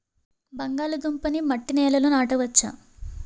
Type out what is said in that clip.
బంగాళదుంప నీ మట్టి నేలల్లో నాట వచ్చా?